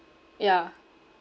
yeah